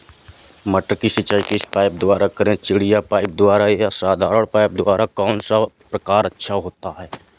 मटर की सिंचाई किस पाइप द्वारा करें चिड़िया पाइप द्वारा या साधारण पाइप द्वारा कौन सा प्रकार अच्छा होता है?